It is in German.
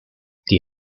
die